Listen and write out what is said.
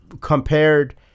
compared